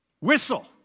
Whistle